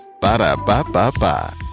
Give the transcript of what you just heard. Ba-da-ba-ba-ba